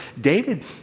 David